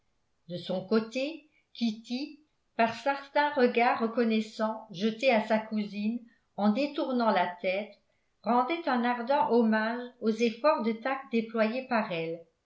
de son côté kitty par certains regards reconnaissants jetés à sa cousine en détournant la tête rendait un ardent hommage aux efforts de tact déployés par elle